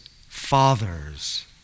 father's